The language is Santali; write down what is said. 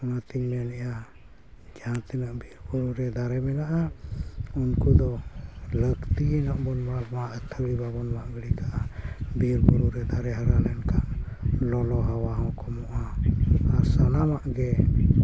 ᱚᱱᱟᱛᱤᱧ ᱢᱮᱱᱮᱜᱼᱟ ᱡᱟᱦᱟᱸ ᱛᱤᱱᱟᱹᱜ ᱵᱤᱨ ᱵᱩᱨᱩ ᱨᱮ ᱫᱟᱨᱮ ᱢᱮᱱᱟᱜᱼᱟ ᱩᱱᱠᱩ ᱫᱚ ᱞᱟᱹᱠᱛᱤ ᱧᱚᱜ ᱵᱚᱱ ᱢᱟᱜ ᱢᱟ ᱟᱹᱛᱷᱟᱹᱲᱤ ᱵᱟᱵᱚᱱ ᱢᱟᱜ ᱜᱤᱰᱤ ᱠᱟᱜᱼᱟ ᱵᱤᱨ ᱵᱩᱨᱩ ᱨᱮ ᱫᱟᱨᱮ ᱦᱟᱨᱟ ᱞᱮᱱᱠᱷᱟᱱ ᱞᱚᱞᱚ ᱦᱟᱣᱟ ᱦᱚᱸ ᱠᱚᱢᱚᱜᱼᱟ ᱟᱨ ᱥᱟᱱᱟᱢᱟᱜ ᱜᱮ